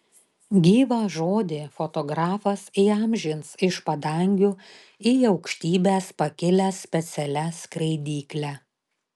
gyvą žodį fotografas įamžins iš padangių į aukštybes pakilęs specialia skraidykle